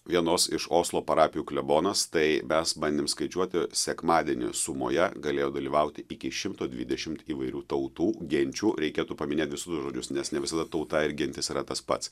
vienos iš oslo parapijų klebonas tai mes bandėm skaičiuoti sekmadienį sumoje galėjo dalyvauti iki šimto dvidešimt įvairių tautų genčių reikėtų paminėt visus žodžius nes ne visada tauta ir gentis yra tas pats